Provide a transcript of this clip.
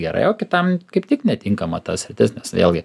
gerai o kitam kaip tik netinkama ta sritis nes vėlgi